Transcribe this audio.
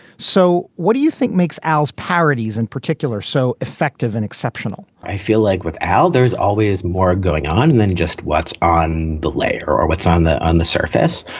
so what do you think makes al's parodies in particular so effective and exceptional? i feel like with al there's always more going on and than just what's on delay or or what's on the on the surface.